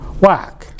Whack